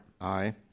Aye